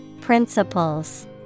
Principles